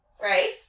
right